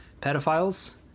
pedophiles